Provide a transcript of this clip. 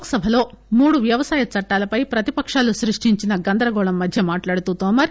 లోక్ సభలో మూడు వ్యవసాయ చట్టాలపై ప్రతిపకాలు సృష్టించిన గందరగోళం మధ్య మాట్లాడుతూ తోమర్